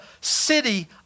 city